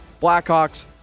Blackhawks